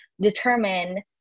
determine